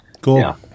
Cool